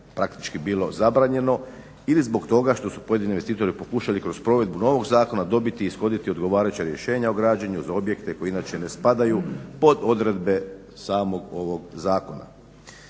praktički bilo zabranjeno ili zbog toga što su pojedini investitori pokušali kroz provedbu novog zakona dobiti i ishoditi odgovarajuća rješenja o građenju za objekte koji inače ne spadaju pod odredbe samog ovog zakona.